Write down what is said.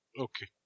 Okay